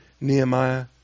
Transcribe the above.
Nehemiah